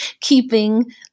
keeping